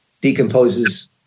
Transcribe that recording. decomposes –